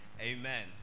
Amen